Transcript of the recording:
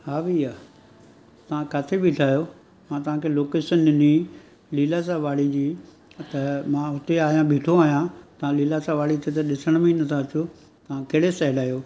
हा भैया तव्हां काथे ॿिठा आहियो मां तव्हांखे लोकेशन ॾिनी लीलाशाह वाड़ी जी त मां हुते आहियां ॿिठो आहियां तव्हां लीलाशाह वाड़ी ते त ॾिसण में ई नथा अचो तव्हां कहिड़े साइड आहियो